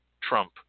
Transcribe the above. Trump